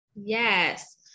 Yes